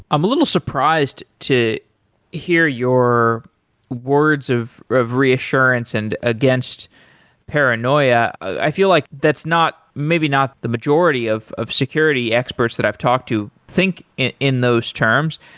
i'm a little surprised to hear your words of ah of reassurance and against paranoia. i feel like that's not, maybe not the majority of of security experts that i've talked to think in in those terms.